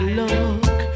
look